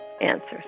Answers